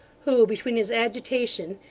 who, between his agitation,